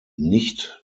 nicht